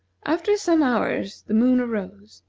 after some hours the moon arose,